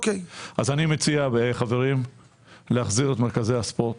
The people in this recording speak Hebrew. אני מציע להחזיר את מרכזי הספורט